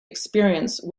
experience